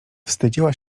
wstydziła